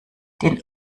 den